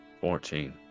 Fourteen